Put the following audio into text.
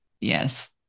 Yes